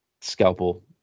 Scalpel